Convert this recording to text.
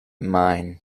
mine